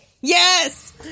yes